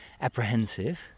apprehensive